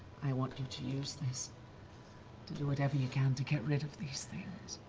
i want you to use this to do whatever you can to get rid of these things.